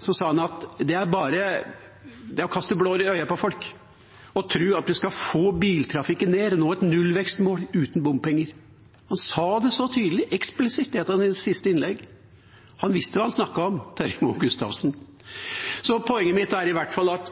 Han sa at det bare er å kaste blår i øynene på folk å tro at vi skal få biltrafikken ned og nå et nullvekstmål uten bompenger. Han sa det så tydelig, eksplisitt, i et av sine siste innlegg. Han visste hva han snakket om, Terje Moe Gustavsen. Poenget mitt er